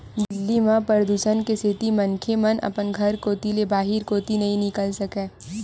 दिल्ली म परदूसन के सेती मनखे मन अपन घर कोती ले बाहिर कोती नइ निकल सकय